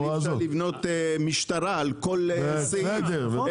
אי אפשר לבנות משטרה על סעיף וחוק.